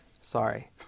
Sorry